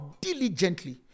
diligently